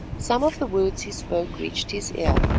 some of the words he spoke reached his ear.